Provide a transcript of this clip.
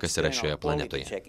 kas yra šioje planetoje